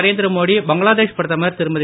நரேந்திர மோடி பங்களாதேஷ் பிரதமர் திருமதி